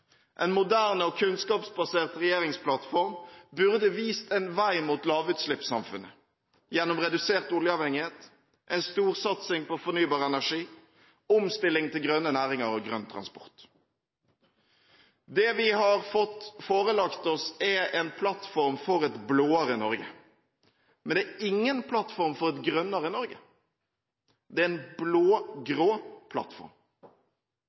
En moderne og kunnskapsbasert regjeringsplattform burde vist en vei mot lavutslippssamfunnet gjennom redusert oljeavhengighet, en storsatsing på fornybar energi, omstilling til grønne næringer og grønn transport. Det vi har fått forelagt oss, er en plattform for et blåere Norge. Men det er ingen plattform for et grønnere Norge. Det er en blågrå plattform.